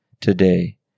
today